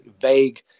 vague